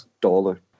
dollar